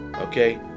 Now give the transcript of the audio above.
okay